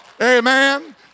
Amen